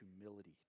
humility